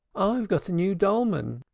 i've got a new dolman,